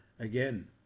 Again